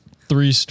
three